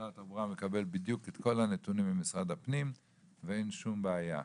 משרד התחבורה מקבל בדיוק את כל הנתונים ממשרד הפנים ואין שום בעיה,